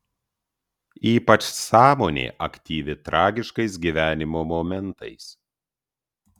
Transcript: ypač sąmonė aktyvi tragiškais gyvenimo momentais